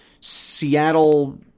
Seattle